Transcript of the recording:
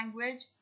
language